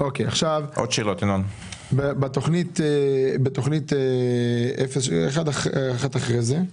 בתכנית אחת אחרי זה,